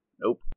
Nope